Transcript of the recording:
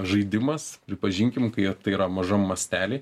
žaidimas pripažinkim kai jie tai yra mažam mastely